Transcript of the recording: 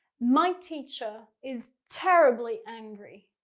my teacher is terribly angry